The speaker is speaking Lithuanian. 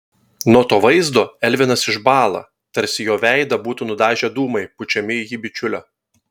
nuo to vaizdo elvinas išbąla tarsi jo veidą būtų nudažę dūmai pučiami į jį bičiulio